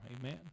Amen